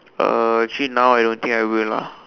uh actually now I don't think I will ah